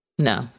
No